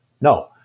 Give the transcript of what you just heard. No